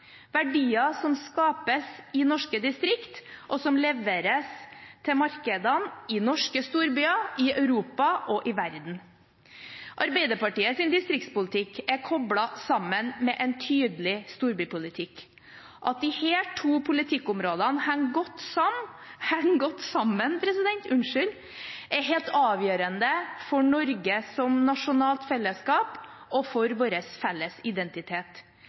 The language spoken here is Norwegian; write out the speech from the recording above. verdier som skapes i norske distrikter, og som leveres til markedene i norske storbyer, i Europa og i verden for øvrig. Arbeiderpartiets distriktspolitikk er koblet sammen med en tydelig storbypolitikk. At disse to politikkområdene henger godt sammen, er helt avgjørende for Norge som nasjonalt fellesskap og for vår felles identitet.